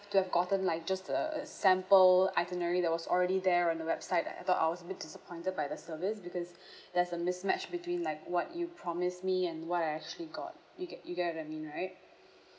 to have gotten like just a a sample itinerary that was already there on the website I thought I was a bit disappointed by the service because there's a mismatch between like what you promised me and what I actually got you ge~ you get what I mean right